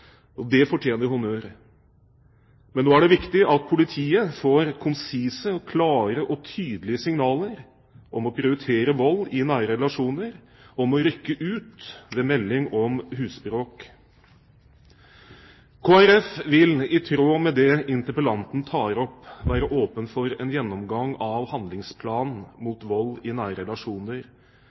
Det fortjener honnør. Nå er det viktig at politiet får konsise, klare og tydelige signaler om å prioritere vold i nære relasjoner og om å rykke ut ved melding om husbråk. Kristelig Folkeparti vil, i tråd med det interpellanten tar opp, være åpen for en gjennomgang av handlingsplanen mot vold i